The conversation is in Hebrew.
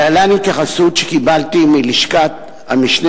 1 2. להלן התייחסות שקיבלתי מלשכת המשנה